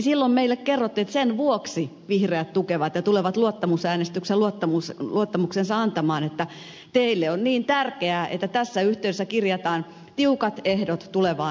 silloin meille kerrottiin että sen vuoksi vihreät tukevat ja tulevat luottamusäänestyksessä luottamuksensa antamaan että teille on niin tärkeää että tässä yhteydessä kirjataan tiukat ehdot tulevaan vaalilainsäädäntöön